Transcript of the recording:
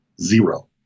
zero